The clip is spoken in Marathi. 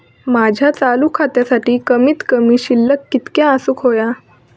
माझ्या चालू खात्यासाठी कमित कमी शिल्लक कितक्या असूक होया?